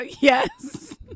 yes